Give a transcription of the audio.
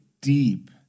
deep